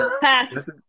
pass